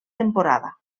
temporada